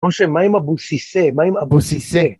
משה מה עם אבו סיסא, מה עם אבו סיסא?